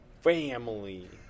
Family